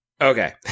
Okay